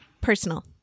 Personal